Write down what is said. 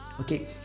okay